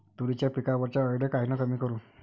तुरीच्या पिकावरच्या अळीले कायनं कमी करू?